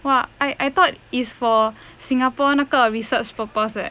!wah! I I thought is for singapore 那个 research purpose leh